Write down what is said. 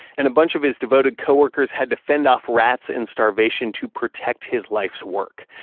and a bunch of his devoted coworkers had defend off rats and starvation to protect his life's work.